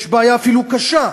יש בעיה אפילו קשה.